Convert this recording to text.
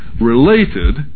related